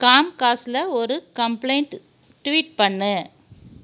காம்காஸ்ட்டில் ஒரு complaint tweet பண்ணு